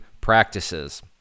practices